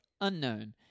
unknown